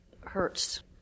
hurts